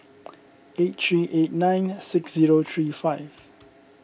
eight three eight nine six zero three five